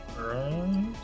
right